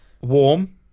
Warm